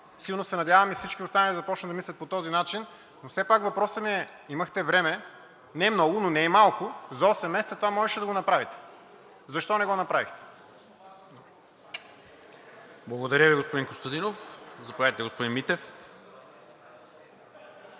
Силно се надяваме всички останали да започнат да мислят по този начин. Все пак въпросът ми е: имахте време, не много, но не и малко – за осем месеца това можеше да го направите, защо не го направихте? ПРЕДСЕДАТЕЛ НИКОЛА МИНЧЕВ: Благодаря, господин Костадинов. Заповядайте, господин Митев.